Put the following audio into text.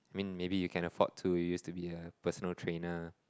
mean maybe you can afford to use to be a personal trainer